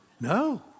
No